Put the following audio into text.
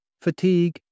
fatigue